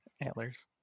antlers